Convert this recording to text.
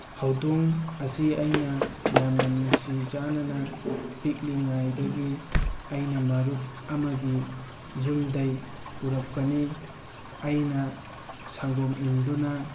ꯍꯧꯗꯣꯡ ꯑꯁꯤ ꯑꯩꯅ ꯌꯥꯝꯅ ꯅꯨꯡꯁꯤ ꯆꯥꯟꯅꯅ ꯄꯤꯛꯂꯤꯉꯩꯗꯒꯤ ꯑꯩꯅ ꯃꯔꯨꯞ ꯑꯃꯒꯤ ꯌꯨꯝꯗꯒꯤ ꯄꯨꯔꯛꯄꯅꯤ ꯑꯩꯅ ꯁꯪꯒꯣꯝ ꯏꯟꯗꯨꯅ